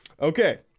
Okay